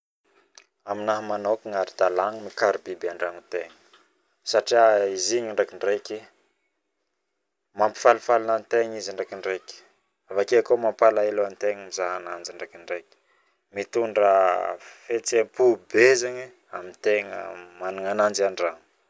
Aminahy manokana aradalagna mikary biby andragnotegna satria izy igny indraikidraiky Mampifalifaly antegna avakeo mampalahelo antegna mizaha anazy mitondra fetsempo be amitegna managna ananjy andragno